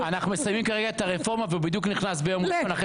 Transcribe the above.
מסיימים כרגע את הרפורמה והוא נכנס ביום ראשון.